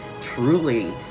truly